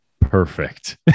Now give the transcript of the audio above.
Perfect